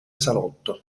salotto